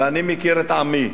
ואני מכיר את עמי,